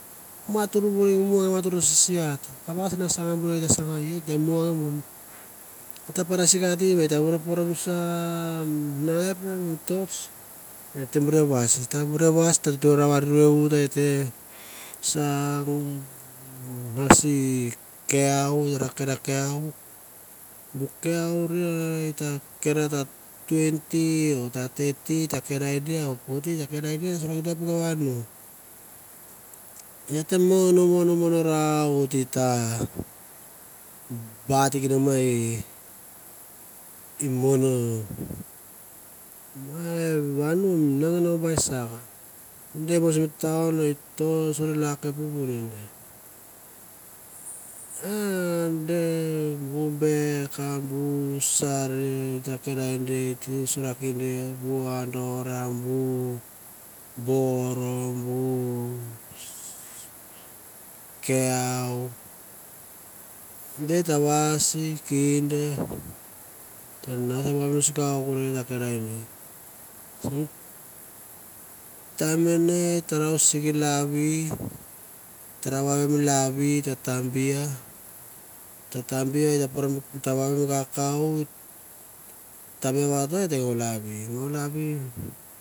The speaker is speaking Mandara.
Matur muang matur mo sisat kapa oit na tsanga ka, imuang mo ita panda sikati ita poro bu torch ate bure vais, ute ra varirie i uta sa nge ra nasi kinau, bu kiau are git ta kenda ta twenty or thirty 04 forty et ta mon mon rau vanu mi nginue bai stap. Bu bek bu andor bu beka bu kean di te vagi kinde nga ra kenda dia taim mane out ta ra siki laviou te vasi kinde nga ra kenda dia taim mane out ta ra siki lavi ou te va vie mi lavi u tambea u ta poro mi kakau